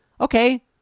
okay